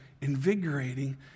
invigorating